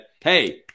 hey